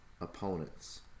opponents